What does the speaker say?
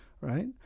right